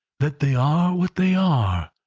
that they are what they are,